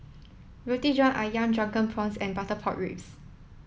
Roti John Ayam Drunken Prawns and Butter Pork Ribs